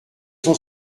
cent